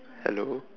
hello